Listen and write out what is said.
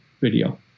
video